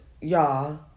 y'all